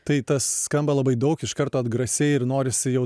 tai tas skamba labai daug iš karto atgrasiai ir norisi jau